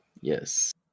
yes